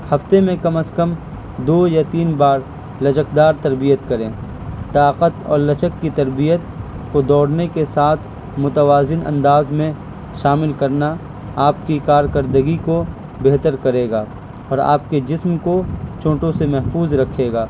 ہفتے میں کم از کم دو یا تین بار لچکدار تربیت کریں طاقت اور لچک کی تربیت کو دوڑنے کے ساتھ متوازن انداز میں شامل کرنا آپ کی کارکردگی کو بہتر کرے گا اور آپ کے جسم کو چوٹوں سے محفوظ رکھے گا